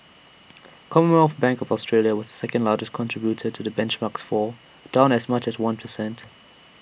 commonwealth bank of Australia was the second largest contributor to the benchmark's fall down as much as one per cent